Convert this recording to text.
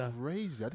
crazy